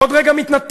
עוד רגע מתנתק.